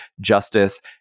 justice